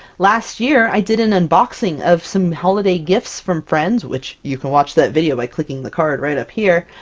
last year, i did an unboxing of some holiday gifts from friends, which you can watch that video by clicking the card right up here,